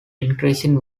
increasing